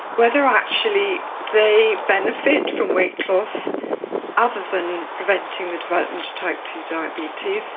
whether actually they benefit from weight loss other than preventing the development of type two diabetes.